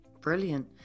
Brilliant